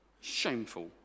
Shameful